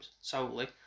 solely